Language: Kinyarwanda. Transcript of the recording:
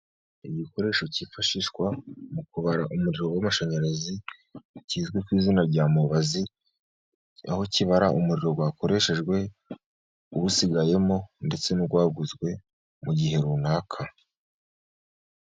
Igikoresho cyifashishwa mu kubara umuriro w'amashanyarazi, kizwi ku izina rya mubazi aho kibara umuriro wakoreshejwe usigayemo, ndetse n'uwaguzwe mu gihe runaka.